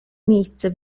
miejsce